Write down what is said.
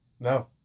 No